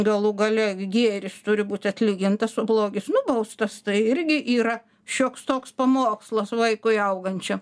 galų gale gėris turi būti atlygintas o blogis nubaustas tai irgi yra šioks toks pamokslas vaikui augančiam